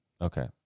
Okay